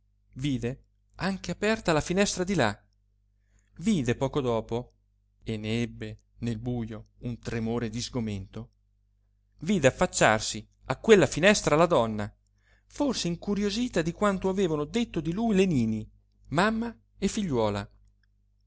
vide anche aperta la finestra di là vide poco dopo e ne ebbe nel bujo un tremore di sgomento vide affacciarsi a quella finestra la donna forse incuriosita di quanto avevano detto di lui le nini mamma e figliuola